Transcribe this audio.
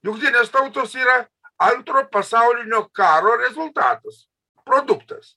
jungtinės tautos yra antro pasaulinio karo rezultatas produktas